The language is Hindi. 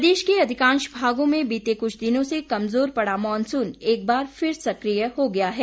प्रदेश के अधिकांश भागों में बीते कुछ दिनों से कमजोर पड़ा मॉनसून एक बार फिर सकिय हो गया है